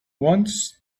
once